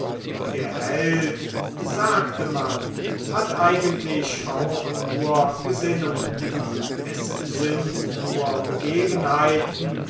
der held sagte man hat eigentlich auch nur gesinnungen es sind nur begebenheiten